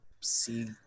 see